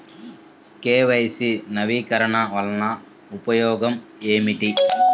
KYC నవీకరణ వలన ఉపయోగం ఏమిటీ?